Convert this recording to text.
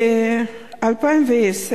ב-2010